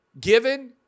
given